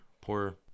poor